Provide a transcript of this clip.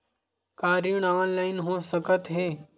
का ऋण ऑनलाइन हो सकत हे?